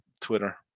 Twitter